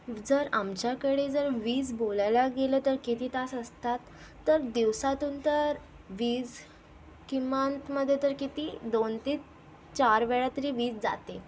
जर आमच्याकडे जर वीज बोलायला गेलं तर किती तास असतात तर दिवसातून तर वीज किमानमध्ये तर किती दोन ते चार वेळा तरी वीज जाते